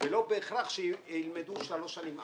ולא בהכרח ילמדו שלוש שנים.